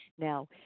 now